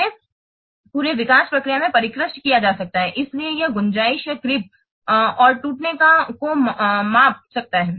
उन्हें पूरे विकास प्रक्रिया में परिष्कृत किया जा सकता है इसलिए यह गुंजाइश या क्रीप और टूटना को माप सकता है